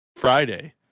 Friday